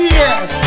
yes